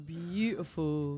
beautiful